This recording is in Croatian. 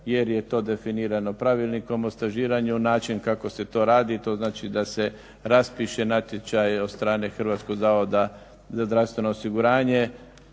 jer je to definirano Pravilnikom o stažiranju, način kako se to radi, to znači da se raspiše natječaj od strane Hrvatskog zavoda za zdravstveno osiguranje.